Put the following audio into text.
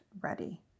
ready